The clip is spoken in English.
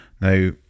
Now